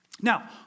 Now